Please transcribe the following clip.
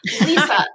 Lisa